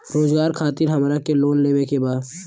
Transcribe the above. रोजगार खातीर हमरा के लोन लेवे के बा?